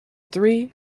three